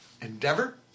Endeavor